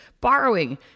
borrowing